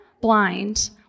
blind